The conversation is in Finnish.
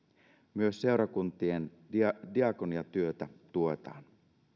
myös seurakuntien diakoniatyötä tuetaan